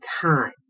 time